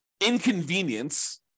inconvenience